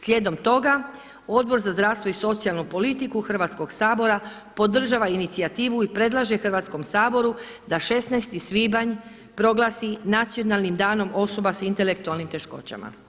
Slijedom toga Odbor za zdravstvo i socijalnu politiku Hrvatskog sabora podržava inicijativu i predlaže Hrvatskom saboru da 16. svibanj proglasi Nacionalnim danom osoba sa intelektualnim teškoćama.